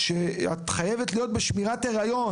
שאת חייבת להיות בשמירת הריון,